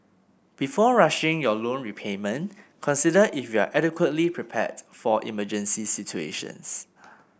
before rushing your loan repayment consider if you are adequately prepared for emergency situations